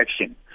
action